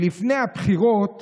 שלפני הבחירות